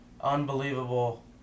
unbelievable